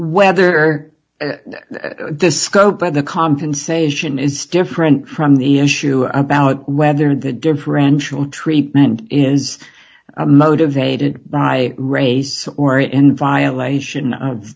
whether the scope of the compensation is different from the issue about whether the differential treatment is motivated by race or in violation of